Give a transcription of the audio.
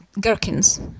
gherkins